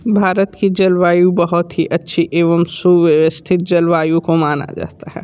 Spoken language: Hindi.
भारत की जलवायु बहुत ही अच्छी एवं सुव्यवस्थित जलवायु को माना जाता है